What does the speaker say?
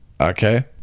okay